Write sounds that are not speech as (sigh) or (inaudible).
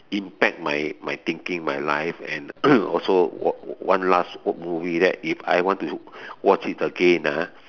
impact my my thinking my life and (coughs) also one one last movie that if I want to watch it again